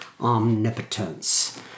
omnipotence